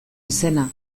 izena